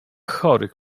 chory